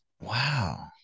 Wow